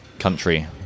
country